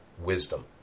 wisdom